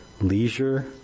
leisure